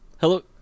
Hello